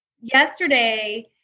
yesterday